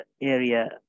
area